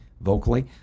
vocally